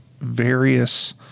various